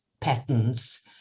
patterns